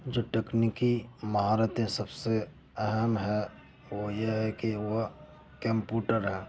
جو تکنیکی مہارتیں سب سے اہم ہیں وہ یہ ہے کہ وہ کمپوٹر ہے